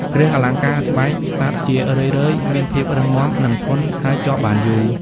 គ្រឿងអលង្ការស្បែកសត្វជារឿយៗមានភាពរឹងមាំ និងធន់ ហើយជាប់បានយូរ។